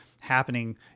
happening